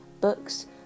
books